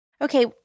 Okay